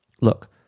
look